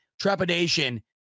trepidation